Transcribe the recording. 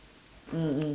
mm mm